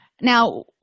Now